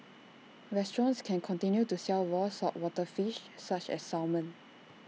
restaurants can continue to sell raw saltwater fish such as salmon